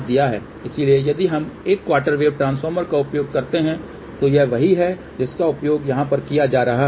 इसलिए यदि हम एक क्वार्टर वेव ट्रांसफार्मर का उपयोग करते हैं तो यह वही है जिसका उपयोग यहाँ पर किया जा रहा है